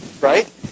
Right